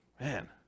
man